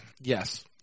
Yes